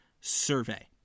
survey